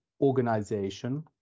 organization